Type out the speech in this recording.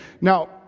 Now